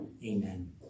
Amen